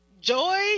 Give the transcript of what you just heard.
joy